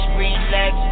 relax